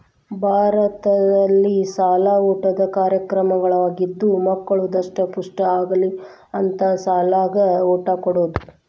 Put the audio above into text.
ಭಾರತದಲ್ಲಿಶಾಲ ಊಟದ ಕಾರ್ಯಕ್ರಮವಾಗಿದ್ದು ಮಕ್ಕಳು ದಸ್ಟಮುಷ್ಠ ಆಗಲಿ ಅಂತ ಸಾಲ್ಯಾಗ ಊಟ ಕೊಡುದ